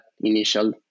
initial